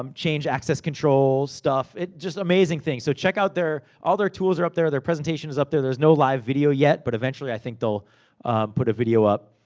um change access controls, stuff. just amazing things. so, check out their. all their tools are up there. their presentation is up there. there's no live video yet. but eventually, i think they'll put a video up,